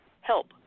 help